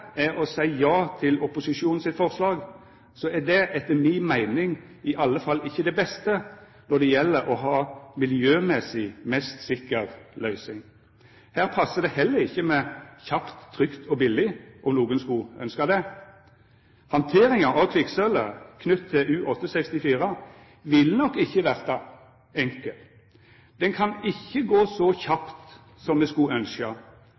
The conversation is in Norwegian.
å seia ja til opposisjonen sitt forslag, er det etter mi meining i alle fall ikkje det beste når det gjeld å ha den miljømessig sikraste løysinga. Her passar det heller ikkje med «kjapt, trygt og billig», om nokon skulle ynskja det. Handteringa av kvikksølvet i U-864 vil nok ikkje verta enkel. Det kan ikkje gå så kjapt som me skulle